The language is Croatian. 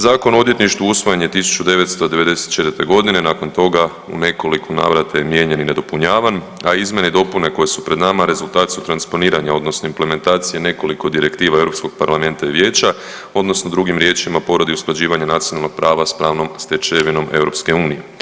Zakon o odvjetništvu usvojen je 1994. godine nakon toga u nekoliko navrata je mijenjan i nadopunjavan, a izmjene i dopune koje su pred nama rezultat su transponiranja odnosno implementacije nekoliko direktiva Europskog parlamenta i vijeća odnosno drugim riječima povredi usklađivanja nacionalnog prava s pravnom stečevinom EU.